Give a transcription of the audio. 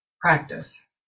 practice